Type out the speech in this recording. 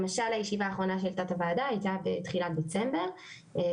למשל הישיבה האחרונה של תת הוועדה הייתה בתחילת חודש דצמבר 2021,